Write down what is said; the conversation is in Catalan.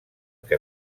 que